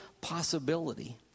possibility